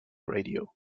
radio